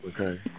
okay